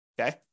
Okay